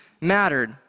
mattered